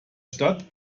stadt